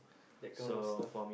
that kind of stuff